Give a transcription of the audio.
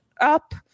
up